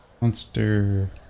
Monster